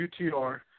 UTR